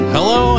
Hello